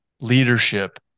leadership